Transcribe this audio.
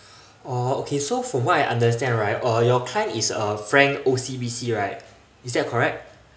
oh okay so from what I have understand right uh your client is uh frank O_C_B_C right is that correct